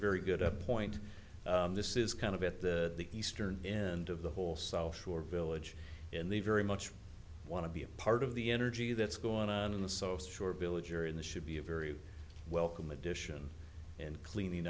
very good up point this is kind of at the eastern end of the whole south shore village in they very much want to be a part of the energy that's going on in the soft shore village or in the should be a very welcome addition and cleaning